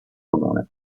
comune